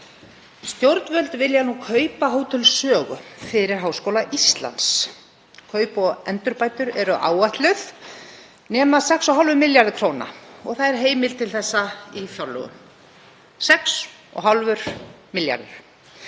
Stjórnvöld vilja kaupa Hótel Sögu fyrir Háskóla Íslands. Kaup og endurbætur eru áætluð að kosti 6,5 milljarða kr. og það er heimild til þessa í fjárlögum, 6,5 milljarðar.